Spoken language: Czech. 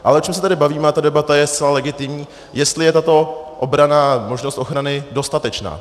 Ale o čem se tady bavíme, a ta debata je zcela legitimní, jestli je tato obrana a možnost ochrany dostatečná.